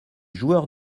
joueurs